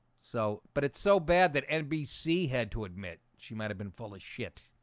so but it's so bad that nbc had to admit she might have been full of shit